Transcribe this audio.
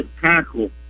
tackle